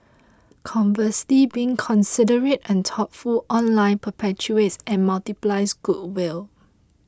conversely being considerate and thoughtful online perpetuates and multiplies goodwill